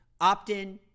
opt-in